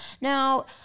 Now